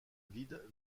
vide